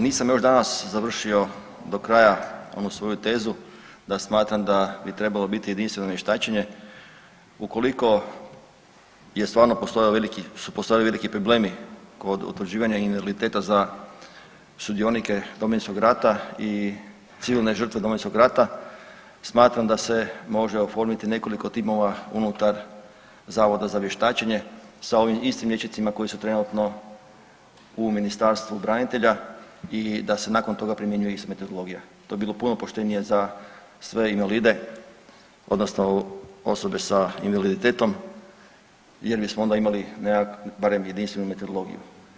Nisam još danas završio do kraja onu svoju tezu da smatram da bi trebalo biti jedinstveno vještačenje ukoliko je stvarno postojao veliki, su postojali veliki problemi kod utvrđivanja invaliditeta za sudionike Domovinskog rata i civilne žrtve Domovinskog rata, smatram da se može oformiti nekoliko timova unutar Zavoda za vještačenje sa ovim istim liječnicima koji su trenutno u Ministarstvu branitelja i da se nakon toga primjenjuje ista metodologija, to bi bilo puno poštenije za sve invalide, odnosno osobe s invaliditetom jer bismo onda imali .../nerazumljivo/... barem jedinstvenu metodologiju.